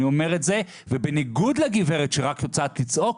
אני אומר את זה, ובניגוד לגברת שרק יודעת לצעוק,